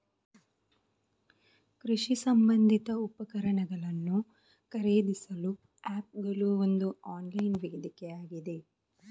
ಕೃಷಿ ಸಂಬಂಧಿತ ಉಪಕರಣಗಳನ್ನು ಖರೀದಿಸಲು ಆಪ್ ಗಳು ಒಂದು ಆನ್ಲೈನ್ ವೇದಿಕೆಯಾಗಿವೆ